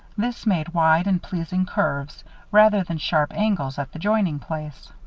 this made wide and pleasing curves rather than sharp angles, at the joining place.